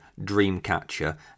Dreamcatcher